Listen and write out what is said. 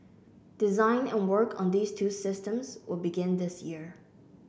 design and work on these two systems will begin this year